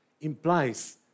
implies